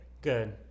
Good